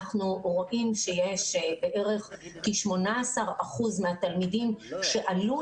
אנחנו רואים שכ-18 אחוז מהתלמידים שעלו